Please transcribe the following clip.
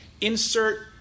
insert